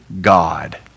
God